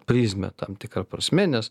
prizmę tam tikra prasme nes